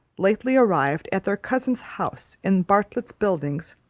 lately arrived at their cousin's house in bartlett's buildings,